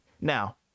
Now